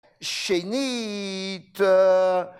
שנית!